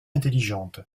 intelligente